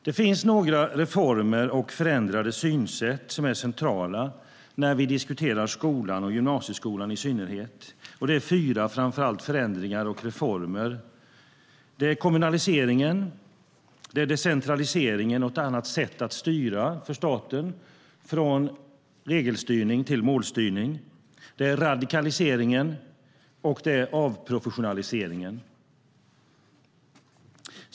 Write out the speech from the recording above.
Det finns några reformer och förändrande synsätt som är centrala när vi diskuterar skolan och i synnerhet gymnasieskolan. Det gäller framför allt fyra förändringar och reformer: kommunaliseringen, decentraliseringen - med ett annat sätt att styra för staten; man gick från regelstyrning till målstyrning - radikaliseringen och avprofessionaliseringen.